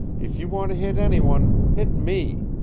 if you want to hit anyone, hit me.